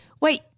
wait